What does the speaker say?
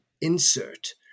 insert